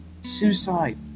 suicide